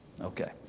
okay